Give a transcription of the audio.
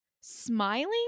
smiling